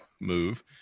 move